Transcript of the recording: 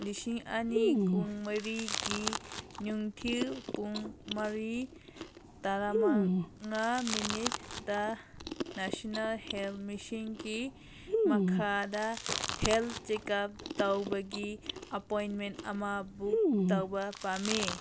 ꯂꯤꯁꯤꯡ ꯑꯅꯤ ꯀꯨꯟꯃꯔꯤꯒꯤ ꯅꯨꯡꯊꯤꯜ ꯄꯨꯡ ꯃꯔꯤ ꯇꯔꯥꯃꯉꯥ ꯃꯤꯅꯤꯠꯇ ꯅꯦꯁꯟꯅꯦꯜ ꯍꯦꯜꯠ ꯃꯤꯁꯟꯒꯤ ꯃꯈꯥꯗ ꯍꯦꯜꯠ ꯆꯦꯛꯑꯞ ꯇꯧꯕꯒꯤ ꯑꯄꯣꯏꯟꯃꯦꯟ ꯑꯃ ꯕꯨꯛ ꯇꯧꯕ ꯄꯥꯝꯃꯤ